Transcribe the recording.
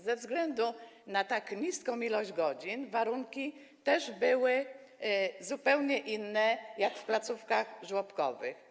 Ze względu na tak małą ilość godzin warunki też były zupełnie inne niż w placówkach żłobkowych.